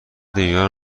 بیمار